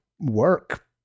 work